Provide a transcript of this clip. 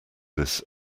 this